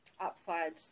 upside